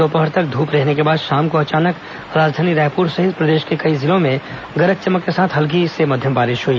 दोपहर तक ध्रप रहने के बाद शाम को अचानक राजधानी रायपुर सहित प्रदेश के कई जिलों में गरज चमक के साथ हल्की से मध्यम बारिश हुई